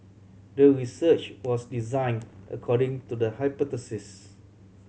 the research was design according to the hypothesis